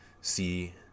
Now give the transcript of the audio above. see